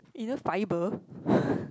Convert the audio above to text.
it's just fiber